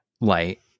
light